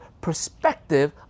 perspective